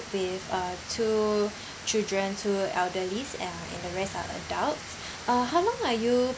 with uh two children two elderlies uh and the rest are adults uh how long are you